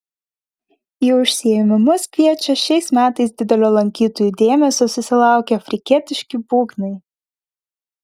į užsiėmimus kviečia šiais metais didelio lankytojų dėmesio susilaukę afrikietiški būgnai